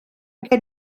gen